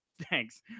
Thanks